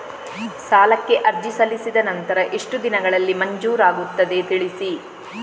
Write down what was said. ಸಾಲಕ್ಕೆ ಅರ್ಜಿ ಸಲ್ಲಿಸಿದ ನಂತರ ಎಷ್ಟು ದಿನಗಳಲ್ಲಿ ಮಂಜೂರಾಗುತ್ತದೆ ತಿಳಿಸಿ?